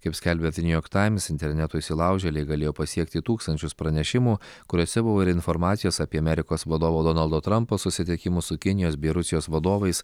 kaip skelbia ve niu jork taims interneto įsilaužėliai galėjo pasiekti tūkstančius pranešimų kuriuose buvo ir informacijos apie amerikos vadovo donaldo trampo susitikimus su kinijos bei rusijos vadovais